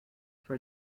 for